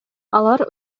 алар